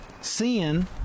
sin